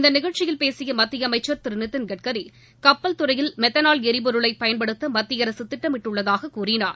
இந்த நிகழ்ச்சியில் பேசிய மத்திய அமைச்சர் திரு நிதின்கட்கரி கப்பல் துறையில் மெத்தனால் எரிபொருளை பயன்படுத்த மத்திய அரசு திட்டமிட்டுள்ளதாகக் கூறினார்